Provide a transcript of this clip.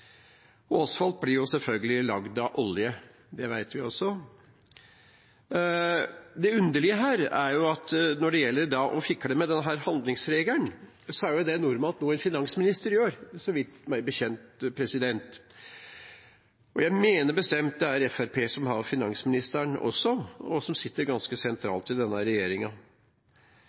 selvfølgelig laget av olje, det vet vi også. Det underlige her er at når det gjelder å fikle med denne handlingsregelen, er det meg bekjent normalt noe en finansminister gjør. Jeg mener bestemt at det er Fremskrittspartiet som har finansministeren også, som sitter ganske sentralt i denne